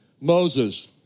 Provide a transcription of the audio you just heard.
Moses